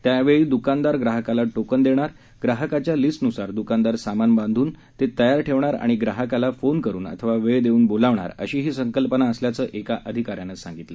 त्यावेळी द्रकानदार ग्राहकाला टोकन देणार ग्राहकाच्या लिस्टन्सार द्रकानदार सामान बांधून ते तयार ठेवणार आणि ग्राहकाला फोन करून अथवा वेळ देऊन बोलवणार अशी ही संकल्पना असल्याचं एका अधिकाऱ्यानं सांगितले